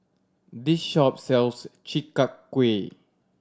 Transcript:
this shop sells Chi Kak Kuih